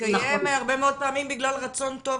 שמתקיים הרבה מאוד פעמים בגלל רצון טוב